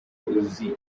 uzi